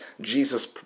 Jesus